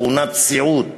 טעונת סיעוד.